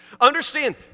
Understand